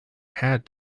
had